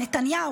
נתניהו,